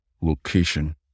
location